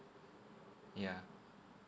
yeah